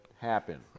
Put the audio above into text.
happen